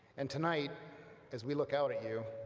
and tonight as we look out at you,